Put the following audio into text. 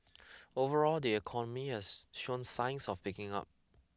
overall the economy has shown signs of picking up